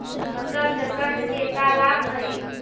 फसल चक्रण के का लाभ हई?